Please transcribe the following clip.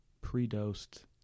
pre-dosed